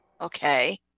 Okay